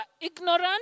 ignorant